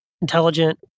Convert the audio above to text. intelligent